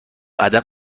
ادب